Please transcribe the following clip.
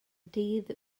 dydd